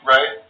Right